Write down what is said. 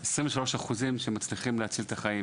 23% מהמקרים מצליחים להציל את החיים.